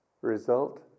result